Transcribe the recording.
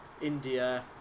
India